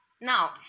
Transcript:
Now